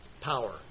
power